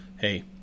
hey